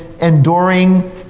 enduring